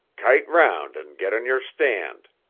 kite round and get on your stand,